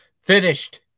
finished